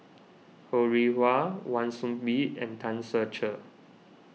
Ho Rih Hwa Wan Soon Bee and Tan Ser Cher